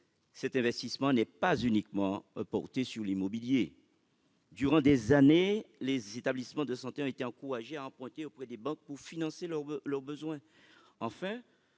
ces investissements ne sont pas uniquement immobiliers ; durant des années, les établissements de santé ont été encouragés à emprunter auprès des banques pour financer leurs besoins. Le